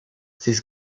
this